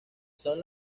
son